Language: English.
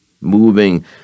Moving